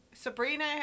Sabrina